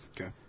Okay